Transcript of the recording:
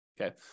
Okay